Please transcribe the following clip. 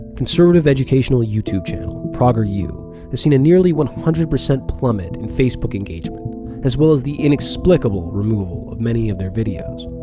conservative educational youtube channel prageru has seen a nearly one hundred percent plummet in facebook engagement as well as the inexplicable removal of many of their videos.